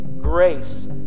grace